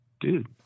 dude